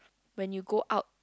when you go out